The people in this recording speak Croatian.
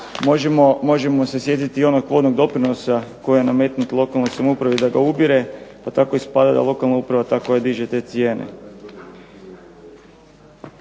Možemo se sjetiti i onog povodom doprinosa koji je nametnut lokalnoj samoupravi da ga ubire pa tako ispada da je lokalna uprava ta koja diže te cijene.